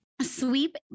Sweep